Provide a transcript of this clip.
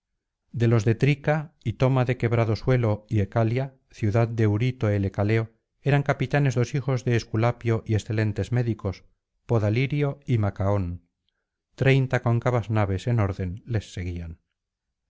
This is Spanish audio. de los de trica itoma de quebrado suelo y ecalia ciudad de eurito el ecaleo eran capitanes dos hijos de esculapio y excelentes médicos podalirio y macaón treinta cóncavas naves en orden les seguían